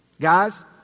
Guys